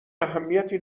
اهمیتی